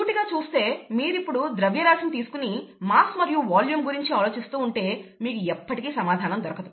సూటిగా చూస్తే మీరు ఇప్పుడు ద్రవ్యరాశిని తీసుకొని మాస్ మరియు వాల్యూం గురించి ఆలోచిస్తూ ఉంటే మీకు ఎప్పటికీ సమాధానం దొరకదు